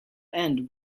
end